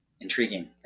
intriguing